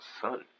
son